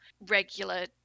regular